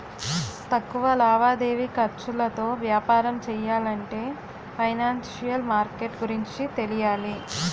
తక్కువ లావాదేవీ ఖర్చులతో వ్యాపారం చెయ్యాలంటే ఫైనాన్సిషియల్ మార్కెట్ గురించి తెలియాలి